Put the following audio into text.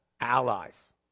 allies